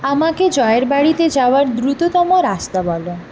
আমাকে জয়ের বাড়িতে যাওয়ার দ্রুততম রাস্তা বলো